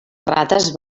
rates